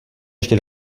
ještě